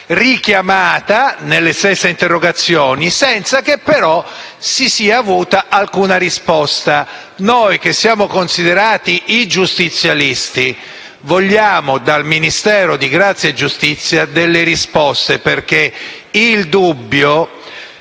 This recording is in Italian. richiamata nelle stesse interrogazioni senza avere tuttavia alcuna risposta. Noi, che siamo considerati i giustizialisti, vogliamo dal Ministero della giustizia delle risposte. Il dubbio,